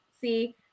See